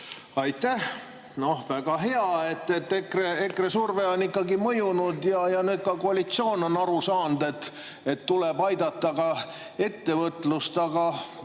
Aitäh! Väga hea, et EKRE surve on ikkagi mõjunud ja nüüd on ka koalitsioon aru saanud, et tuleb aidata ka ettevõtlust. Aga